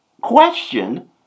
question